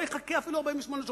לא יחכה אפילו 48 שעות.